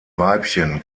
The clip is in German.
weibchen